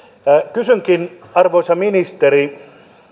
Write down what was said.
kysynkin arvoisa ministeri